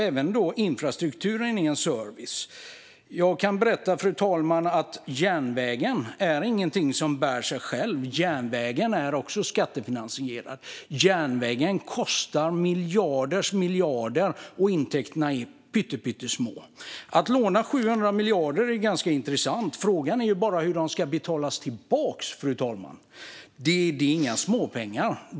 Även infrastrukturen är en service. Fru talman! Järnvägen bär inte sig själv. Järnvägen är också skattefinansierad. Järnvägen kostar miljarders miljarder, och intäkterna är pyttesmå. Det låter ganska intressant att låna 700 miljarder. Frågan är bara hur de ska betalas tillbaka, fru talman. Det är inga småpengar.